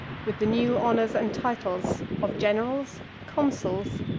with the new honors and titles of generals, consuls,